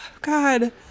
God